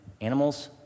animals